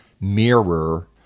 mirror